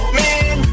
man